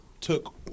took